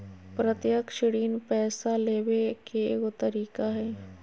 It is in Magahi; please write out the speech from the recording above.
प्रत्यक्ष ऋण पैसा लेबे के एगो तरीका हइ